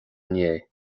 inné